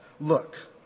Look